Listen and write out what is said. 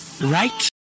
Right